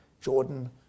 Jordan